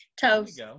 toast